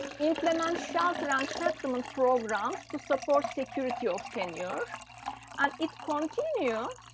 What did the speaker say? employment, shelter and settlement programs to support security of tenure and it continue.